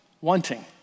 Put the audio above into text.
wanting